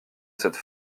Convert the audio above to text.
cette